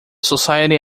society